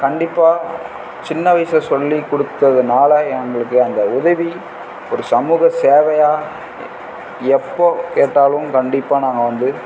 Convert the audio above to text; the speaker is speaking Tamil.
கண்டிப்பாக சின்ன வயசில் சொல்லி கொடுத்ததுனால எங்களுக்கு அந்த உதவி ஒரு சமூக சேவையாக எப்போது கேட்டாலும் கண்டிப்பாக நாங்கள் வந்து